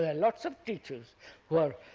ah lots of teachers who are